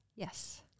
Yes